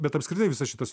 bet apskritai visas šitas